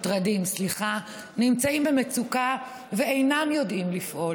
והמוטרדים נמצאים במצוקה ואינם יודעים לפעול.